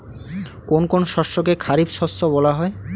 কোন কোন শস্যকে খারিফ শস্য বলা হয়?